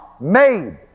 Made